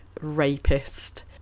rapist